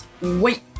wait